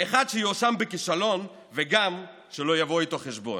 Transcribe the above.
אחד שיואשם בכישלון, וגם שלא יבוא איתו חשבון.